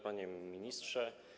Panie Ministrze!